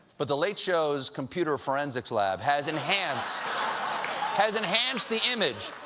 but the late show's computer forensic lab has enhanced has enhanced the image,